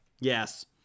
Yes